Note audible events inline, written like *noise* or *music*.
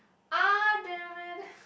!ah! damn it *breath*